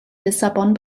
lissabon